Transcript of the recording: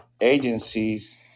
agencies